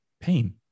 pain